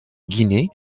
guinée